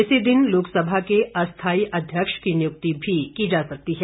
इसी दिन लोकसभा के अस्थाई अध्यक्ष की नियुक्ति भी की जा सकती है